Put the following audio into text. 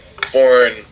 foreign